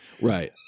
Right